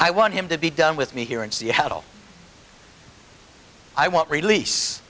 i want him to be done with me here in seattle i won't release